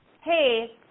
hey